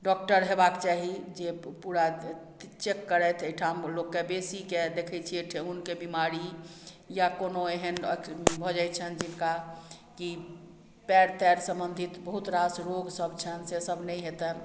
doctor हेबाक चाही जे पूरा चेक करथि एहिठाम लोक के बेसी के देखै छियै ठेहुन के बिमारी या कोनो एहन भऽ जाइत छनि जिनका कि पैर तैर सम्बन्धित बहुत रास रोग सब छनि से सब नहि हेतनि